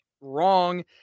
wrong